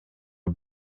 are